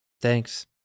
Thanks